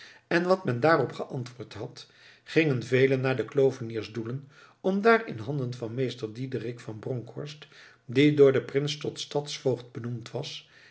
en wat men daarop geantwoord had gingen velen naar de cloveniers doelen om daar in handen van meester diederick van bronckhorst die door den prins tot stadvoogd benoemd was